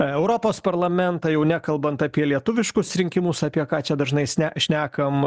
europos parlamentą jau nekalbant apie lietuviškus rinkimus apie ką čia dažnais ne šnekam